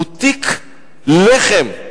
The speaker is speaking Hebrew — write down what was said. בוטיק לחם.